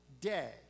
day